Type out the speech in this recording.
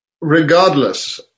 regardless